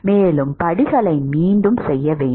மேலும் படிகளை மீண்டும் செய்ய வேண்டும்